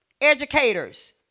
educators